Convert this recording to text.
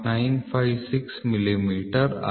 956 millimetre ಆಗಿದೆ